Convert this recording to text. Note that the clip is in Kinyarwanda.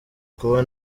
kuba